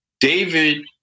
David